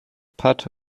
pat